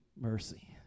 mercy